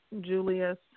Julius